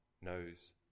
knows